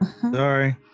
Sorry